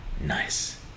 Nice